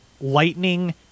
lightning